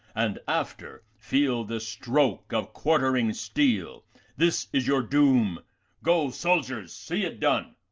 and after feel the stroke of quartering steel this is your doom go, soldiers, see it done.